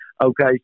okay